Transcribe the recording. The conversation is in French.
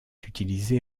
utilisée